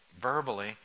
verbally